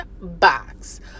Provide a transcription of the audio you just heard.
box